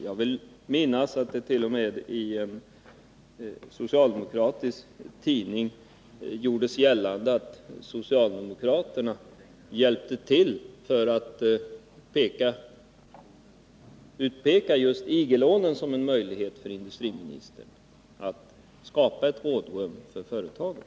Jag vill minnas att det i en socialdemokratisk tidning t.o.m. gjordes gällande att socialdemokraterna hjälpte till genom att utpeka just IG-lånen som en möjlighet för industriministern att skapa ett rådrum för företaget.